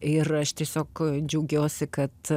ir aš tiesiog džiaugiuosi kad